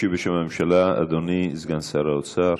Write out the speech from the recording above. ישיב בשם הממשלה אדוני סגן שר האוצר.